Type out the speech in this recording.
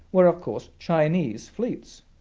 were, of course, chinese fleets,